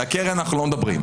על הקרן אנחנו לא מדברים.